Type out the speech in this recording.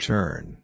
Turn